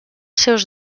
seus